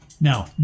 Now